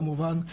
כמובן,